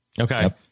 Okay